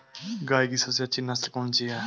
गाय की सबसे अच्छी नस्ल कौनसी है?